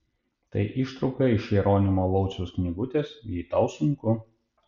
tai ištrauka iš jeronimo lauciaus knygutės jei tau sunku